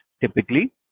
typically